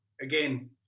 again